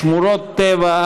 שמורות טבע,